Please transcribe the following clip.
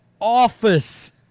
office